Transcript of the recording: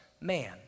man